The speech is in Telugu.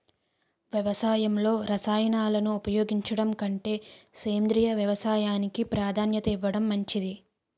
వ్యవసాయంలో రసాయనాలను ఉపయోగించడం కంటే సేంద్రియ వ్యవసాయానికి ప్రాధాన్యత ఇవ్వడం మంచిది